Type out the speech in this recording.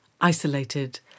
isolated